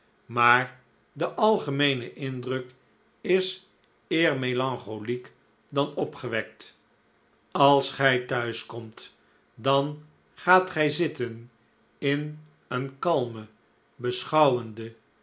maar de algemeene indruk is eer melancholiek dan opgewekt als gij thuis komt dan gaat gij zitten ineenkalme beschouwende